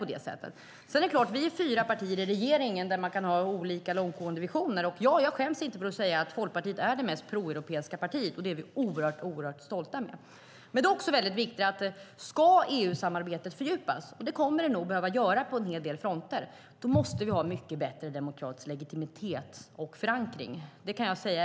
Sedan är det klart att vi är fyra partier i regeringen som har olika långtgående visioner. Jag skäms inte för att säga att Folkpartiet är det mest proeuropeiska partiet, och det är vi oerhört stolta över. Det är också viktigt att om EU-samarbetet ska fördjupas - och det kommer det nog att behöva göra på en hel del fronter - måste vi ha mycket bättre demokratisk legitimitet och förankring. Det kan jag säga.